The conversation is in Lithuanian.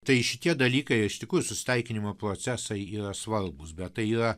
tai šitie dalykai jie iš tikrųjų susitaikinimo procesui yra svarbūs bet tai yra